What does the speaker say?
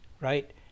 right